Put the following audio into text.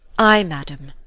ay, madam,